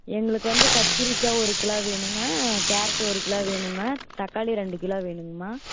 எங்களுக்கு வந்து கத்திரிக்காய் ஒரு கிலோ வேணுங்க கேரட்டு ஒரு கிலோ வேணுங்க தக்காளி ரெண்டு கிலோ வேணுங்கமா